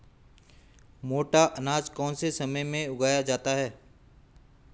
मोटा अनाज कौन से समय में उगाया जाता है?